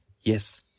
yes